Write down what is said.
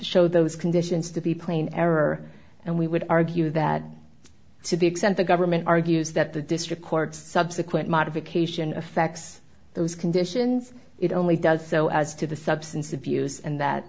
show those conditions to be plain error and we would argue that to the extent the government argues that the district court subsequent modification affects those conditions it only does so as to the substance abuse and that